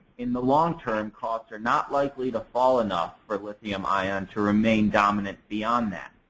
in the long term, costs are not likely to fall enough for lithium-ion to remain dominant beyond that.